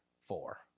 four